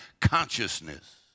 consciousness